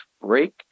break